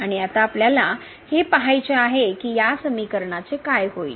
आणि आता आपल्याला हे पहायचे आहे की या समीकरणाचे काय होईल